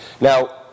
Now